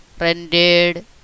rendered